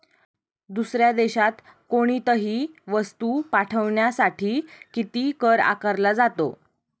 दुसऱ्या देशात कोणीतही वस्तू पाठविण्यासाठी किती कर आकारला जातो?